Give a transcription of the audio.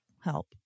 help